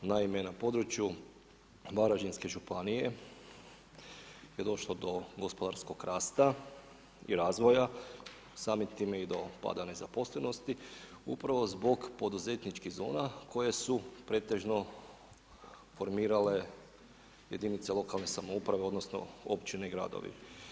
Naime, na području Varaždinske županije je došlo do gospodarskog rasta i razvoja, samim time i do pada nezaposlenosti upravo zbog poduzetničkih zona koje su pretežno formirale jedinice lokalne samouprave odnosno općine i gradovi.